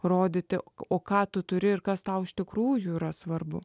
rodyti o ką tu turi ir kas tau iš tikrųjų yra svarbu